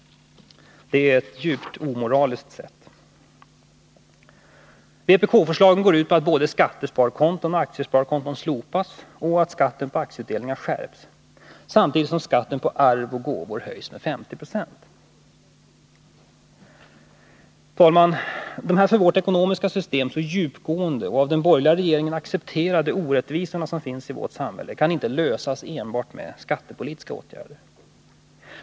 Det är ett djupt omoraliskt sätt. Vpk-förslagen går ut på att både skattesparkonton och aktiesparkonton slopas och att skatten på aktieutdelningar skärps, samtidigt som skatten på arv och gåvor höjs med 50 90. Herr talman! De här för vårt ekonomiska system så djupgående och av den borgerliga regeringen accepterade orättvisorna i vårt samhälle kan inte klaras av med enbart skattepolitiska åtgärder.